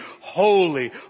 holy